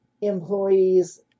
employees